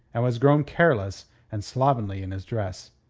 and was grown careless and slovenly in his dress.